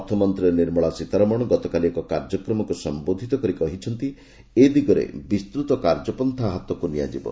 ଅର୍ଥମନ୍ତ୍ରୀ ନିର୍ମଳା ସୀତାରମଣ ଗତକାଲି ଏକ କାର୍ଯ୍ୟକ୍ରମକୁ ସମ୍ବୋଦ୍ଧିତ କରି କହିଛନ୍ତି ଏ ଦିଗରେ ବିସ୍ତୃତ କାର୍ଯ୍ୟପନ୍ତା ହାତକୁ ନିଆଯିବ